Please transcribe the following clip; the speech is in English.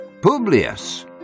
Publius